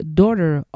daughter